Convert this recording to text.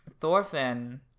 Thorfinn